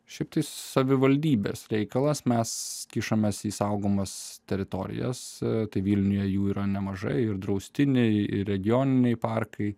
šiaip tai savivaldybės reikalas mes kišamės į saugomas teritorijas tai vilniuje jų yra nemažai ir draustiniai ir regioniniai parkai